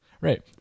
Right